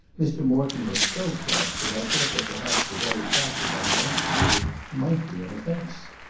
mr. morton looks so cross that i thought that perhaps the very fact of my dancing with you might be an offence.